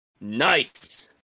Nice